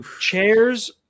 Chairs